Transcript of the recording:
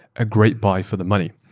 a great buy for the money?